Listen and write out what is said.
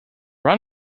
run